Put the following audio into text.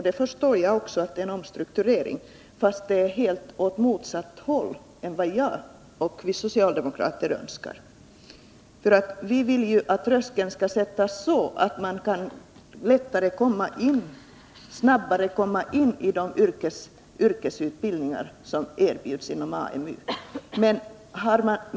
Det förstår också jag, men den går i en riktning rakt motsatt vad jag och vi socialdemokrater önskar. Vi vill att tröskeln justeras så, att man snabbare kan komma in på de yrkesutbildningar som erbjuds inom AMU.